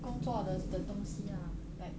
工作的的东西 ah like